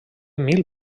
mil